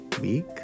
week